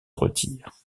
retire